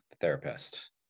therapist